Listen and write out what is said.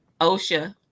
Osha